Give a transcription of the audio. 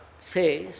says